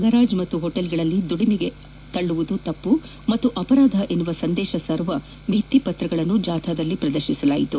ಗ್ಲಾರೇಜ್ ಮತ್ತು ಹೊಟೇಲ್ಗಳಲ್ಲಿ ದುಡಿಸಿಕೊಳ್ಳುವುದು ತಪ್ಪು ಮತ್ತು ಅಪರಾಧ ಎಂಬ ಸಂದೇಶ ಸಾರುವ ಬಿತ್ತಿ ಪತ್ರಗಳನ್ನು ಜಾಥಾದಲ್ಲಿ ಪ್ರದರ್ತಿಸಲಾಯಿತು